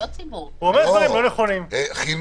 זה לא היה מוסדות ציבוריים, זה היה מוסדות חינוך.